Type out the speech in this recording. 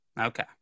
Okay